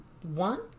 one